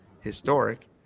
historic